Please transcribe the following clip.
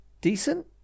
decent